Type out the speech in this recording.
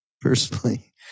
personally